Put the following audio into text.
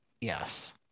Yes